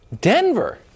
Denver